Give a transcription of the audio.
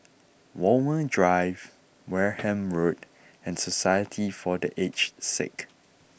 Walmer Drive Wareham Road and Society for the Aged Sick